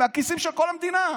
מהכיסים של כל המדינה.